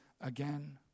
again